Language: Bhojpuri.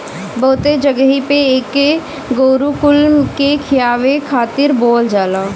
बहुते जगही पे एके गोरु कुल के खियावे खातिर बोअल जाला